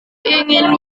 ingin